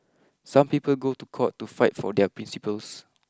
some people go to court to fight for their principles